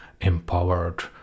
empowered